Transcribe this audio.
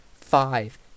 five